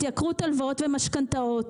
התייקרות הלוואות ומשכנתאות,